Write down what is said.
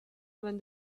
when